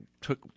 took